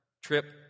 trip